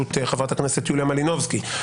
בראשות חברת הכנסת יוליה מלינובסקי,